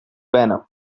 venom